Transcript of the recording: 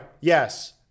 yes